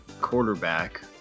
quarterback